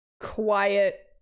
quiet